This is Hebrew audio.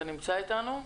אתה נמצא אתנו?